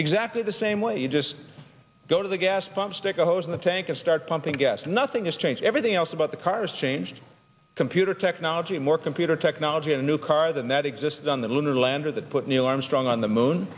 exactly the same way you just go to the gas pump stick a hose in the tank and start pumping gas nothing has changed everything else about the cars changed computer technology more computer technology a new car than that existed on the lunar lander that put neil armstrong on the moon